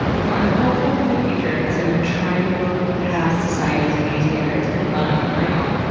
so, i'm hopeful for the future as i'm trying to look past society's beauty standards and find my own.